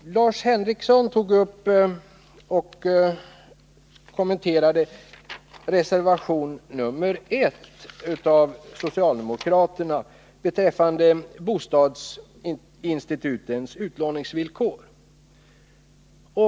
Lars Henrikson kommenterade reservation nr 1 av socialdemokraterna beträffande bostadsinstitutens utlåningsvillkor.